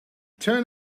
turn